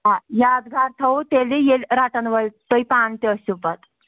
آ یادگار تھاوَو تیٚلہِ ییٚلہِ رَٹَن وٲلۍ تُہۍ پانہٕ تہِ ٲسِو پَتہٕ